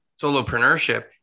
solopreneurship